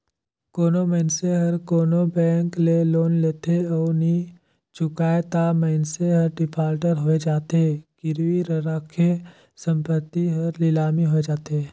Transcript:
कोनो मइनसे हर कोनो बेंक ले लोन लेथे अउ नी चुकाय ता मइनसे हर डिफाल्टर होए जाथे, गिरवी रराखे संपत्ति हर लिलामी होए जाथे